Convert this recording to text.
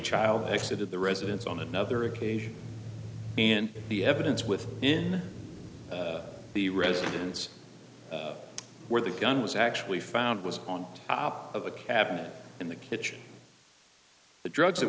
child exit at the residence on another occasion and the evidence with in the residence where the gun was actually found was on top of a cabinet in the kitchen the drugs that